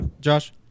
Josh